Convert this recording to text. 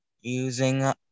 using